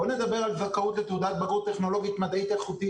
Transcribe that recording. בואו נדבר על זכאות לתעודת בגרות טכנולוגית-מדעית איכותית,